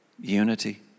unity